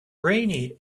rainy